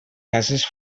cases